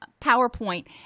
PowerPoint